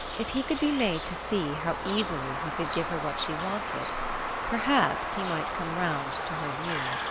if he could be made to see how easily he could give her what she wanted perhaps he might come round to her view.